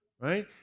right